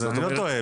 אז אני לא טועה,